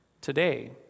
today